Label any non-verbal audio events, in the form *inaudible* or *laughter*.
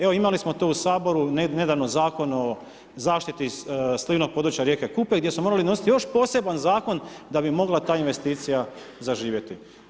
Evo imali smo to u Saboru, nedavno Zakon o zaštiti … *unintelligible* područja rijeke Kupe, gdje smo morali nositi još poseban zakon, da bi mogla ta investicija zaživjeti.